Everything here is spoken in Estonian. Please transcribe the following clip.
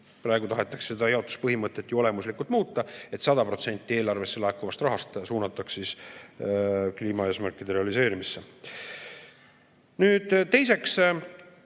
Praegu tahetakse seda jaotuspõhimõtet ju olemuslikult muuta, et 100% eelarvesse laekuvast rahast suunataks kliimaeesmärkide realiseerimisse. Teiseks,